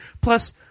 Plus